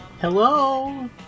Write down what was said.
hello